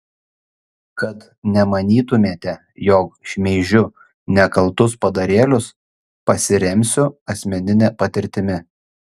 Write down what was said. kad nemanytumėte jog šmeižiu nekaltus padarėlius pasiremsiu asmenine patirtimi